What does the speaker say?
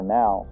now